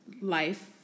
Life